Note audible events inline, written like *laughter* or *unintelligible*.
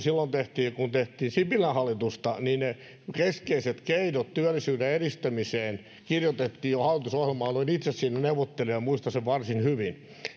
*unintelligible* silloin kun tehtiin sipilän hallitusta niin ne keskeiset keinot työllisyyden edistämiseen kirjoitettiin jo hallitusohjelmaan olin itse siinä neuvottelijana juuri tässä aihealueessa muistan sen varsin hyvin